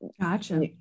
Gotcha